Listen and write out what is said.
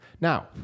Now